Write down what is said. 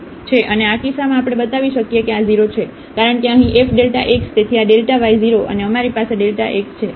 અને આ કિસ્સામાં આપણે બતાવી શકીએ કે આ 0 છે કારણ કે અહીં f ડેલ્ટા x તેથી આ y0 અને અમારી પાસે x છે